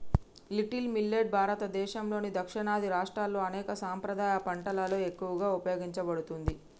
little millet భారతదేసంలోని దక్షిణాది రాష్ట్రాల్లో అనేక సాంప్రదాయ పంటలలో ఎక్కువగా ఉపయోగించబడుతుంది